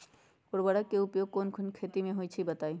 उर्वरक के उपयोग कौन कौन खेती मे होई छई बताई?